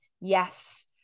yes